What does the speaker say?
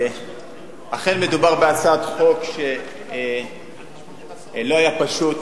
אכן מדובר בהצעת חוק שלא היה פשוט